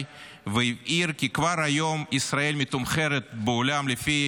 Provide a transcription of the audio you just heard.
והבהיר כי כבר היום ישראל מתומחרת בעולם לפי